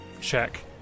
check